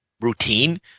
routine